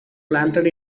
planted